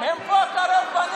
הם פה קרוב, בנגב.